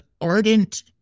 ardent